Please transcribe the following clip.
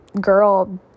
girl